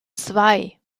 zwei